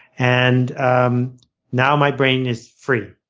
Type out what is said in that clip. and um now my brain is free.